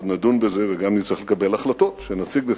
נדון בזה וגם נצטרך לקבל החלטות שנציג בפניכם,